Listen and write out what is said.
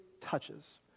touches